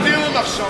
אז מה הטיעון עכשיו,